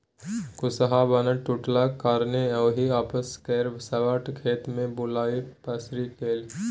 कुसहा बान्ह टुटलाक कारणेँ ओहि आसपास केर सबटा खेत मे बालु पसरि गेलै